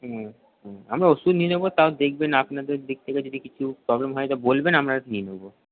ও আমরা ওষুধ নিয়ে নেব তাও দেখবেন আপনাদের দিক থেকে যদি কিছু প্রবলেম হয় তো বলবেন আমরা নিয়ে নেব